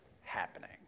happening